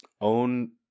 Own